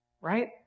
Right